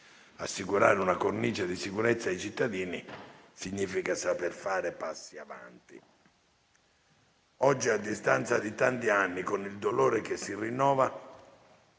Assicurare una cornice di sicurezza ai cittadini significa saper fare passi avanti. Oggi, a distanza di tanti anni, con il dolore che si rinnova,